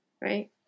right